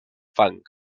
fang